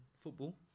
football